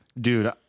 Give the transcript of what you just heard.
dude